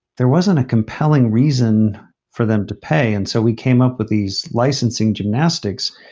there wasn't a compelling reason for them to pay. and so we came up with these licensing gymnastics.